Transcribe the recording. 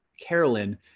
Carolyn